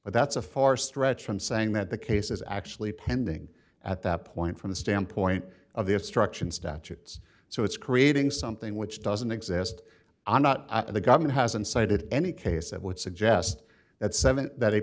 but that's a far stretch from saying that the case is actually pending at that point from the standpoint of the obstruction statutes so it's creating something which doesn't exist i'm not and the government hasn't cited any case that would suggest that